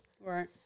Right